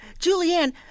Julianne